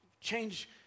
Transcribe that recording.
change